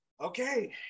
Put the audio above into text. Okay